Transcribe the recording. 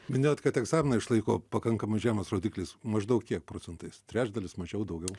minėjot kad egzaminą išlaiko pakankamai žemas rodiklis maždaug kiek procentais trečdalis mažiau daugiau